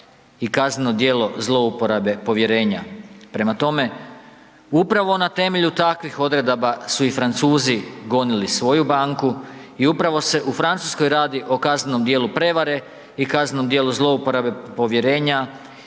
i kazneno djelo zlouporabe povjerenja. Prema tome, upravo na temelju takvih odredaba su i Francuzi gonili svoju banku i upravo se u Francuskoj radi o kaznenom djelu prevare i kaznenom djelu zlouporabe povjerenja